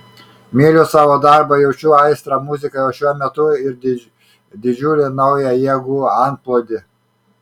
myliu savo darbą jaučiu aistrą muzikai o šiuo metu ir didžiulį naują jėgų antplūdį